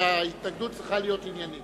זוכר שההתנגדות צריכה להיות עניינית.